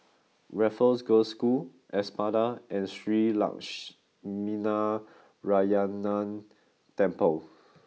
Raffles Girls' School Espada and Shree Lakshminarayanan Temple